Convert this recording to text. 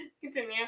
Continue